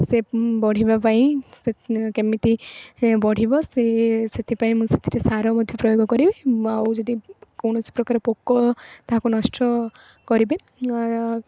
ସେ ବଢ଼ିବାପାଇଁ ସେ କେମିତି ଏ ବଢ଼ିବ ସିଏ ସେଥିପାଇଁ ମୁଁ ସେଥିରେ ସାର ମଧ୍ୟ ପ୍ରୟୋଗ କରିବି ଆଉ ଯଦି କୌଣସି ପ୍ରକାର ପୋକ ତାହାକୁ ନଷ୍ଟ କରିବେ